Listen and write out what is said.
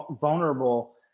vulnerable